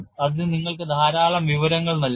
അത് നിങ്ങൾക്ക് ധാരാളം വിവരങ്ങൾ നൽകുന്നു